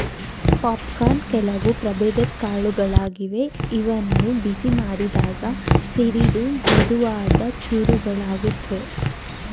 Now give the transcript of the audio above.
popcorn ಕೆಲವು ಪ್ರಭೇದದ್ ಕಾಳುಗಳಾಗಿವೆ ಇವನ್ನು ಬಿಸಿ ಮಾಡಿದಾಗ ಸಿಡಿದು ಮೆದುವಾದ ಚೂರುಗಳಾಗುತ್ವೆ